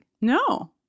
No